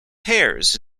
pairs